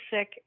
sick